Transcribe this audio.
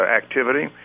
activity